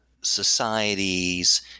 societies